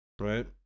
right